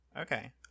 Okay